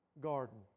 garden